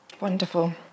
Wonderful